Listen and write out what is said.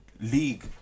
league